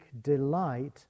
delight